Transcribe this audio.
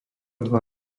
dva